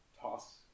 toss